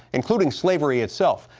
including slavery itself.